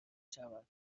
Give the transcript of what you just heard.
شود